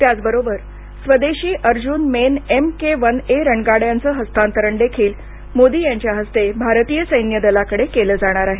त्याचबरोबर स्वदेशी Arjun main MK one A रणगाड्याच हस्तांतरण देखील मोदी यांच्या हस्ते भारतीय सैन्यादलाकडे केलं जाणार आहे